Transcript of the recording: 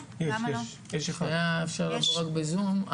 וזה בסדר לראות אותם מסתובבים עם רגל אחת,